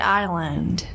island